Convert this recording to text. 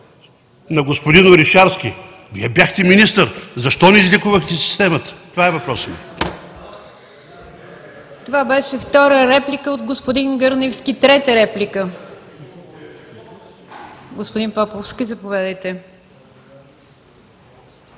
на господин Орешарски, Вие бяхте министър! Защо не излекувахте системата? Това е въпросът ми. ПРЕДСЕДАТЕЛ НИГЯР ДЖАФЕР: Това беше втора реплика от господин Гърневски. Трета реплика – господин Поповски, заповядайте.